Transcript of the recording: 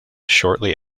shortly